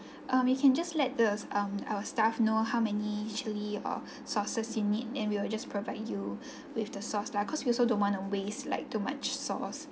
um you can just let the um our staff know how many chilli or sauces you need then we will just provide you with the sauce lah cause we also don't want to waste like too much sauce